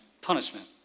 Punishment